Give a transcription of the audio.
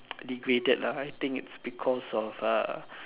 degraded lah I think it's because of uh